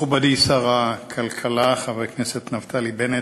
מכובדי שר הכלכלה חבר הכנסת נפתלי בנט,